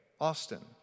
Austin